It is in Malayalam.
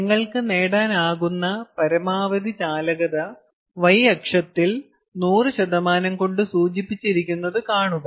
നിങ്ങൾക്ക് നേടാനാകുന്ന പരമാവധി ചാലകത y അക്ഷത്തിൽ 100 കൊണ്ട് സൂചിപ്പിച്ചിരിക്കുന്നത് കാണുക